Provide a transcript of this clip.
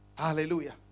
Hallelujah